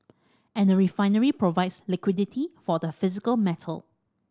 and a refinery provides liquidity for the physical metal